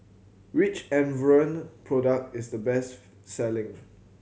which Enervon product is the best selling